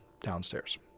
downstairs